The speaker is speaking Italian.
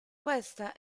questa